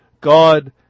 God